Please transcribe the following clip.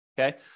okay